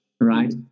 Right